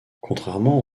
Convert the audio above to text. contrairement